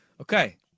Okay